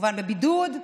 כמובן בבידוד.